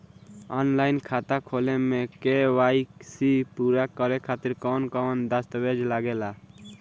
Online खाता खोले में के.वाइ.सी पूरा करे खातिर कवन कवन दस्तावेज लागे ला?